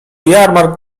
jarmark